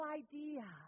idea